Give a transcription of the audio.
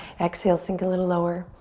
exhale, sink a little lower.